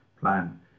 plan